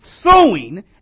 sowing